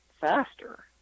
faster